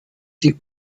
sie